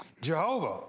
Jehovah